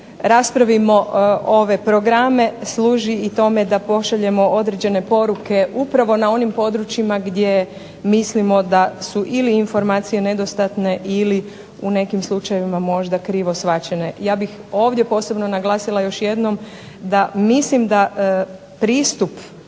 raspravimo ove programe, služi i tome da pošaljemo određene poruke upravo na onim područjima gdje mislimo da su ili informacije nedostatne, ili u nekim slučajevima možda krivo shvaćene. Ja bih ovdje posebno naglasila još jednom da mislim da pristup